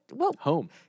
Home